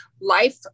Life